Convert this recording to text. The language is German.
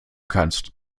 kannst